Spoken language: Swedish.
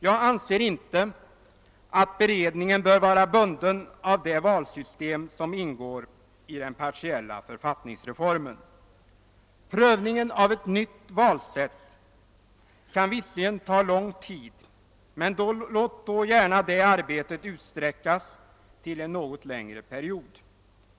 Jag anser inte att beredningen bör vara bunden av det valsystem som ingår i den partiella författningsreformen. Prövningen av ett nytt valsätt kan visserligen ta lång tid, men låt då gärna det arbetet utsträckas till en något längre period.